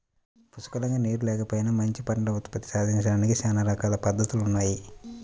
పుష్కలంగా నీరు లేకపోయినా మంచి పంట ఉత్పత్తి సాధించడానికి చానా రకాల పద్దతులున్నయ్